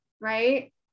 right